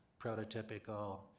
prototypical